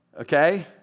Okay